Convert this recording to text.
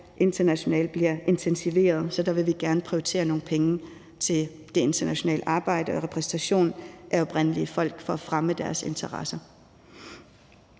internationale arbejde bliver intensiveret, så der vil vi gerne prioritere nogle penge til det internationale arbejde og til repræsentation af oprindelige folk for at fremme deres interesser.